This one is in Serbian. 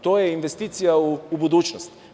To je investicija u budućnost.